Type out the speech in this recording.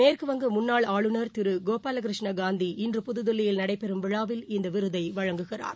மேற்குவங்க முன்னாள் ஆளுநர் திருகோபாலகிருஷ்ண காந்தி இன்று புதுதில்லியல் நடைபெறும் விழாவில் இந்தவிருதைவழங்குகிறார்